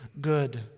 good